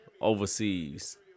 overseas